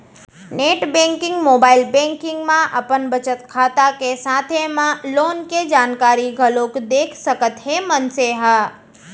net banking, mobile banking म अपन बचत खाता के साथे म लोन के जानकारी घलोक देख सकत हे मनसे ह